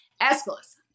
Aeschylus